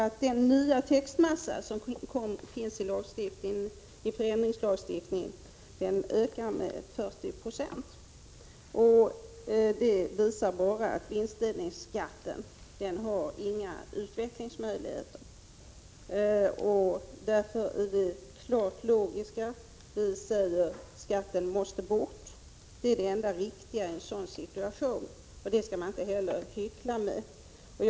Att textmassan i förändringslagstiftningen ökar med 40 96 visar bara att det inte finns några utvecklingsmöjligheter när det gäller vinstdelningsskatten. Därför är det helt logiskt att säga att skatten måste bort. Det är det enda riktiga i en sådan här situation, och det är inte någonting som man skall hyckla med.